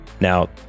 Now